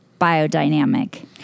biodynamic